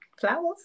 flowers